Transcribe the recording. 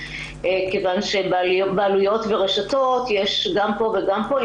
מכיוון שבעלויות ורשתות יש גם פה וגם פה,